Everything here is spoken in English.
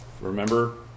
Remember